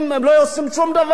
הם לא עושים שום דבר,